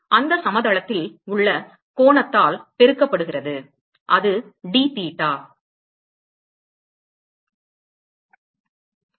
அந்த சமதளத்தில் உள்ள கோணத்தால் பெருக்கப்படுகிறது அது d theta